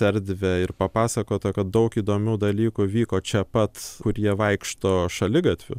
erdvę ir papasakota kad daug įdomių dalykų vyko čia pat kur jie vaikšto šaligatviu